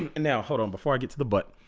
now hold on before i get to the but